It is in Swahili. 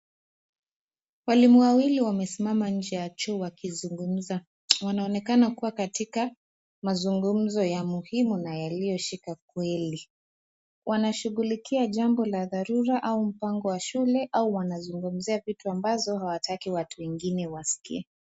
Walimu wawili wamesimama nje ya choo wakizungumza, wanaonekana kuwa katika mazungumzo ya muhimu na yaliyo shika kweli, wanashughulikia jambo la dharura au mpango wa shule, au wanazungumzia vitu ambazo hawataki watu wengine waskie.